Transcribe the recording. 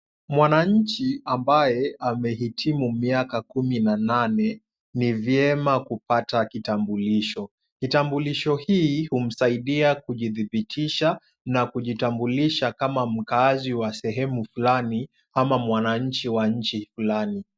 Mwananchi ambaye amehitimu miaka kumi na nane, ni vyema kupata kitambulisho. Kitambulisho hii humsaidia kujithibitisha na kujitambulisha kama mkaazi wa sehemu fulani, ama mwananchi wa nchi fulani.